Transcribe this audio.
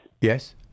Yes